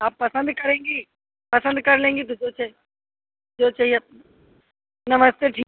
आप पसंद करेंगी पसंद कर लेंगी तो जो चाहिए जो चाहिए नमस्ते जी